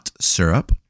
syrup